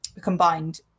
combined